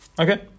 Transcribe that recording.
Okay